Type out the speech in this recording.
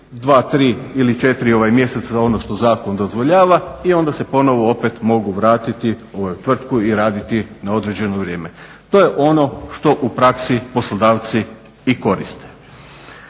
dva, tri ili četiri mjeseca za ono što zakon dozvoljava i onda se ponovo opet mogu vratiti u tvrtku i raditi na određeno vrijeme. To je ono što u praksi poslodavci i koriste.